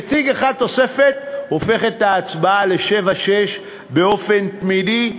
נציג אחד תוספת הופך את ההצבעה ל-6:7 באופן תמידי,